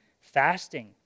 fasting